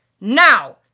now